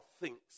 thinks